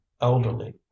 elderly